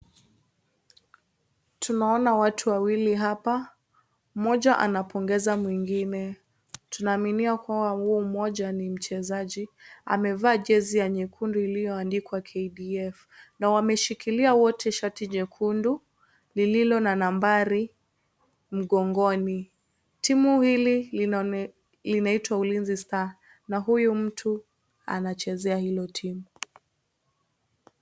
Tunaona watu wawili hapa , mmoja anapongeza mwingine. Tunaaminia kuwa huyu mmoja ni mchezaji amevaa jezi nyekundu iliyoandikwa KDF na wameshikilia wote shati nyekundu lililo na nambari mgongoni. Timu hili linaitwa Ulinzi Stars na huyu mtu anachezea hilo timu.